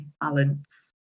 balance